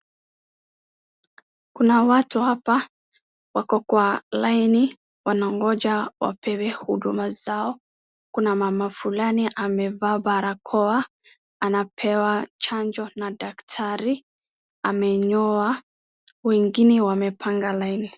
Kuna watu hapa wako kwa laini wanaongoja wapewe huduma zao, kuna mama fulani amevaa barakoa, anapewa chanjo na daktari, amenyoa, wengine wamepanga laini.